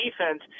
defense